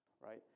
right